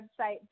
website